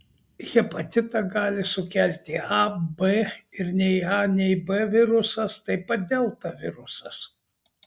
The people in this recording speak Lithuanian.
hepatitą gali sukelti a b ir nei a nei b virusas taip pat delta virusas